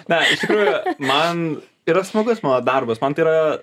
na iš tikrųjų man yra smagus mano darbas man tai yra